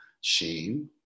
shame